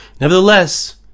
nevertheless